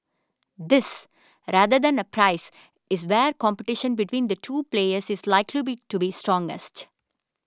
this rather than the price is where competition between the two players is likely be to be strongest